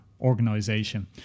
organization